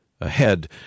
Ahead